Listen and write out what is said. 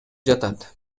жатат